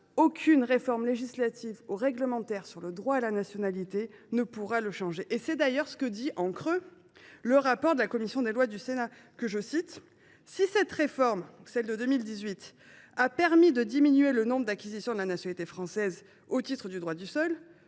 Aucune réforme législative ou réglementaire relative à la nationalité ne pourra changer cela ! C’est d’ailleurs ce qu’indique, en creux, le rapport de la commission des lois du Sénat sur ce texte :« Si cette réforme – celle de 2018 – a permis de diminuer le nombre d’acquisitions de la nationalité française au titre du “droit du sol”